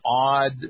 odd